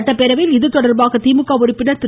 சட்டப்பேரவையில் இதுதொடர்பாக திமுக உறுப்பினர் திரு